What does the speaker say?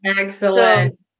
Excellent